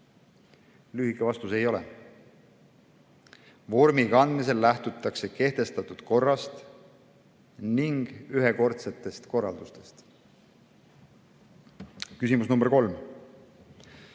Lühike vastus: ei ole. Vormi kandmisel lähtutakse kehtestatud korrast ning ühekordsetest korraldustest. Küsimus number